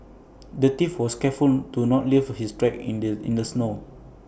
the thief was careful to not leave his tracks in the snow